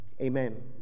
Amen